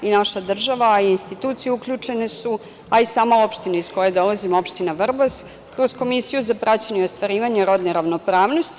I naša država i institucije su uključene, a i sama opština iz koje dolazim, opština Vrbas, kroz komisiju za praćenje ostvarivanja rodne ravnopravnosti.